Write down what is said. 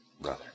brother